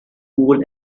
wool